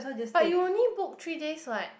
but you only book three days what